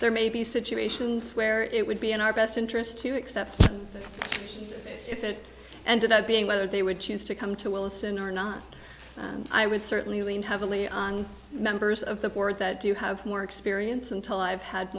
there may be situations where it would be in our best interest to accept if it ended up being whether they would choose to come to wilson or not i would certainly lean heavily on members of the board that you have more experience until i've had